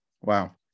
Wow